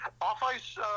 off-ice